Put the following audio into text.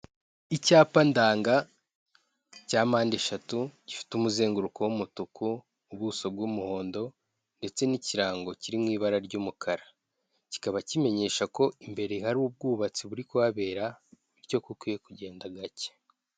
Icyapa ndanga, cya mpande eshatu gifite umuzenguruko w'umutuku, ubuso bw'umuhondo, ndetse n'ikirango kiri mu ibara ry'umukara. Kikaba kimenyesha ko imbere hari ubwubatsi buri kubahabera bityo ko kwiye kugenda gake.